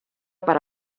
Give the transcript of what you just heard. per